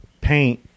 paint